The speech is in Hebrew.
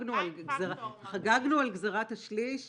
חגגנו על גזירת השליש.